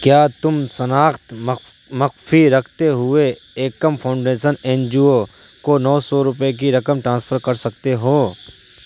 کیا تم سناخت مخفی رکھتے ہوئے Ekam foundation N G O کو نو سو روپئے کی رقم ٹرانسفر کر سکتے ہو